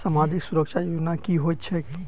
सामाजिक सुरक्षा योजना की होइत छैक?